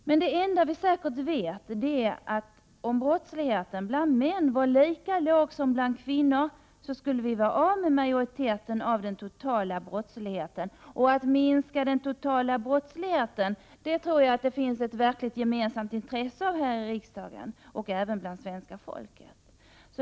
Men det enda vi säkert vet är att om brottsligheten bland män var lika låg som bland kvinnor skulle vi vara av med merparten av den totala brottsligheten. Att minska den totala brottsligheten tror jag att det finns ett verkligt gemensamt intresse för här i riksdagen och även bland svenska folket.